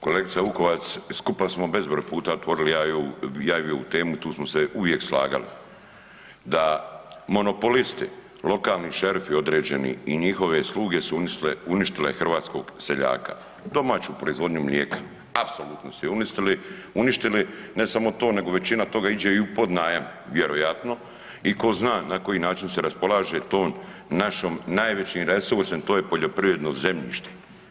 Kolegice Vukovac, skupa smo bezbroj puta otvorili ja i vi ovu temu tu smo se uvijek slagali, da monopolisti, lokalni šerifi određeni i njihove sluge su uništile hrvatskog seljaka, domaću proizvodnju mlijeka apsolutno su uništili, ne samo to nego većina toga iđe i u podnajam vjerojatno i ko zna na koji način se raspolaže tim našim najvećim resursom to je poljoprivredno zemljište.